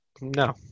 No